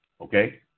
okay